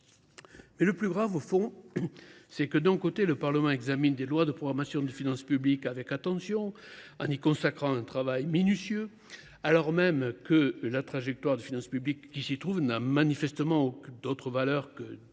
Mais le plus grave, au fond, c’est que, d’un côté, le Parlement examine des lois de programmation des finances publiques avec attention, en menant un travail minutieux, alors même que la trajectoire des finances publiques qui y figure n’a manifestement d’autre valeur que